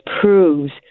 proves